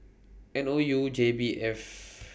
N O U J B F